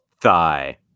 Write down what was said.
Thigh